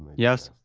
yes,